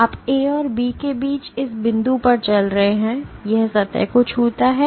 तो आप A और B के बीच इस बिंदु पर चल रहे हैं तो यह सतह को छूता है